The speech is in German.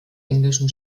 englischen